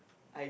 I